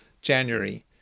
January